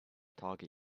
target